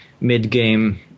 mid-game